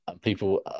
People